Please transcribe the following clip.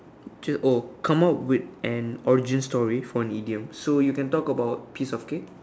come out with an origin story for an idiom so you can talk about piece of cake